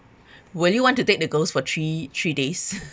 will you want to take the girls for three three days